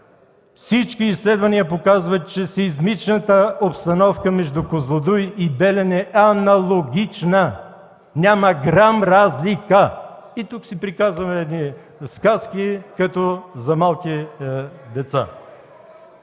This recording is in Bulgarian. Всички изследвания показват, че сеизмичната обстановка между Козлодуй и Белене е аналогична. Няма грам раз-ли-ка. Тук си приказваме едни сказки като за малки деца.